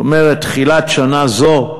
זאת אומרת, תחילת שנה זו,